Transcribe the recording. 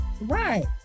Right